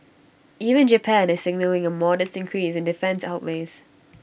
even Japan is signalling A modest increase in defence outlays